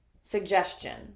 Suggestion